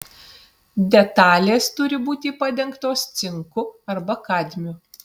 detalės turi būti padengtos cinku arba kadmiu